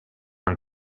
and